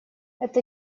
это